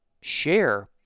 share